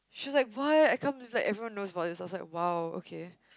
she's like what I can't believe like everyone knows about this I was like !wow! okay